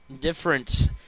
different